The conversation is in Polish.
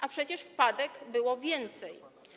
A przecież wpadek było więcej.